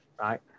Right